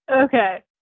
Okay